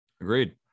Agreed